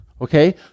Okay